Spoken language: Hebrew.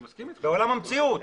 אנחנו בעולם המציאות.